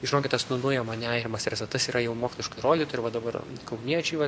žinokit tas nu nuima nerimą stresą tas yra jau moksliškai įrodyta ir va dabar kauniečiai va